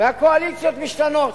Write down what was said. הקואליציות משתנות.